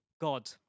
God